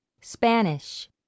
Spanish